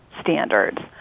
standards